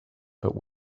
but